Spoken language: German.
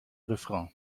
refrain